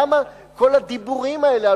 למה כל הדיבורים האלה?